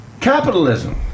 capitalism